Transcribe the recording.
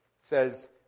says